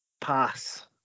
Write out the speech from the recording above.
pass